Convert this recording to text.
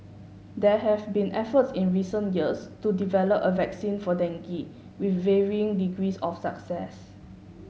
there have been efforts in recent years to develop a vaccine for dengue with varying degrees of success